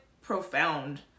profound